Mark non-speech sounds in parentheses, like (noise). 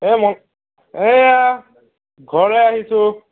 (unintelligible) এয়া ঘৰলৈ আহিছোঁ